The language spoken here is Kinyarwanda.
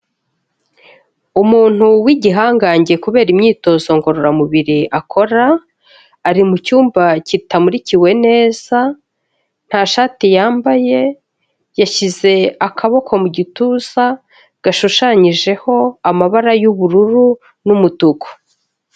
Umuntu w'igihangange kubera imyitozo ngororamubiri akora, ari mu cyumba kitamurikiwe neza nta shati yambaye, yashyize akaboko mu gituza gashushanyijeho amabara y'ubururu n'umutuku.